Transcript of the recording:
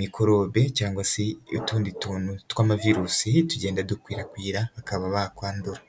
mikorobe cyangwa se utundi tuntu tw'amavirusi tugenda dukwirakwira bakaba bakwandura.